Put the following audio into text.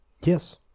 yes